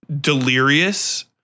delirious